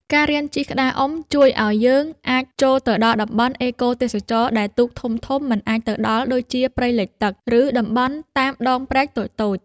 ការរៀនជិះក្តារអុំ ជួយឱ្យយើងអាចចូលទៅដល់តំបន់អេកូទេសចរណ៍ដែលទូកធំៗមិនអាចទៅដល់ ដូចជាព្រៃលិចទឹក ឬតំបន់តាមដងព្រែកតូចៗ។